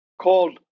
called